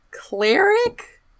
cleric